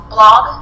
Blog